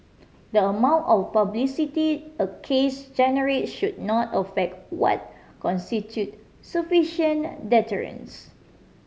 the amount of publicity a case generate should not affect what constitute sufficient deterrence